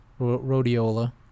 rhodiola